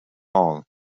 all